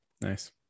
Nice